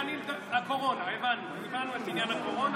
הבנו את עניין הקורונה,